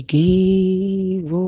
give